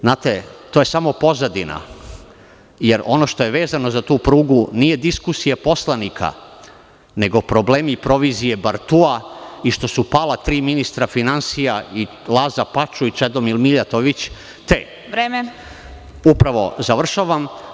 Znate, to je samo pozadina, jer ono što je vezano za tu prugu nije diskusija poslanika, nego problemi i provizije bartua i što su pala tri ministra finansija i Laza Pačuj i Čedomir Mijatović. (Predsedavajuća: Vreme.) Upravo završavam.